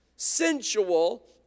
Sensual